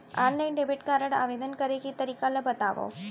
Online debit card आवेदन करे के तरीका ल बतावव?